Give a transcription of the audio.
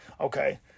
Okay